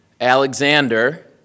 Alexander